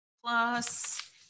plus